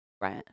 Right